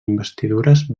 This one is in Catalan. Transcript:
investidures